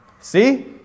see